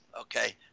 okay